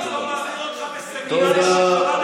תודה.